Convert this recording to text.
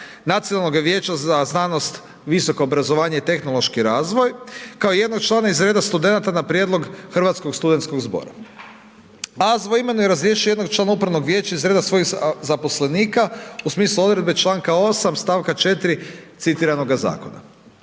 Nacionalnoga vijeća za znanost, visoko obrazovanje i tehnološki razvoj, kao i jednog člana iz reda studenata na prijedlog Hrvatskog studentskog zbora. AZVO imenuje i razrješuje jednog člana upravnog vijeća iz reda svojih zaposlenika u smislu odredbe čl. 8. st. 4 citiranoga zakona.